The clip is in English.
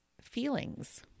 feelings